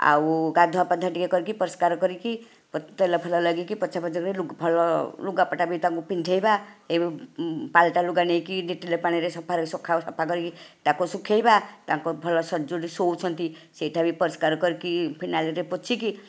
ଆଉ ଗାଧୁଆ ପାଧୁଆ ଟିକିଏ କରିକି ପରିଷ୍କାର କରିକି ତେଲ ଫେଲ ଲଗାଇକି ପୋଛା ପୋଛି କରି ଭଲ ଲୁଗା ପଟା ବି ତାକୁ ପିନ୍ଧାଇବା ଏବଂ ପାଲଟା ଲୁଗା ନେଇକି ଡେଟଲ ପାଣିରେ ସଫା କରିକି ତାକୁ ଶୁଖାଇବା ତାଙ୍କୁ ଭଲ ଯେଉଁଠି ଶୋଉଛନ୍ତି ସେଠି ବି ପରିଷ୍କାର କରିକି ଫିନାଇଲରେ ପୋଛିକି